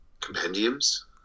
compendiums